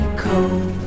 cold